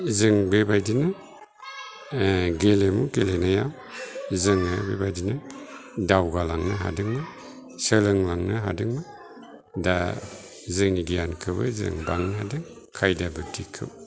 जों बेबादिनो गेलेयोमोन गेलेनाया जोङो बेबादिनो दावगालांनो हादोंमोन सोलोंलांनो हादोंमोन दा जोंनि गियानखौबो जों दानो हादों खायदा बुध्दिखौ